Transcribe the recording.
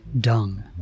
dung